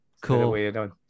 cool